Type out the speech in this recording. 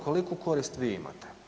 Koliku korist vi imate?